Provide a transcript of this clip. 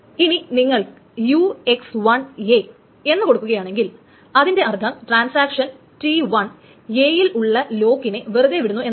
ഇനി നിങ്ങൾ എന്നു കൊടുക്കുകയാണെങ്കിൽ അതിന്റെ അർത്ഥം ട്രാൻസാക്ഷൻ T1 a യിൽ ഉള്ള ലോക്കിനെ വെറുതെ വിടുന്നു എന്നാണ്